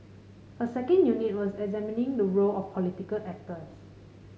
a second unit was examining the role of political actors